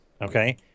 Okay